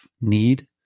need